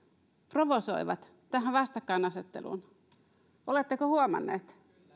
provosoivat tähän vastakkainasetteluun oletteko huomanneet